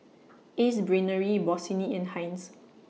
Ace Brainery Bossini and Heinz